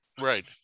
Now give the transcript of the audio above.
right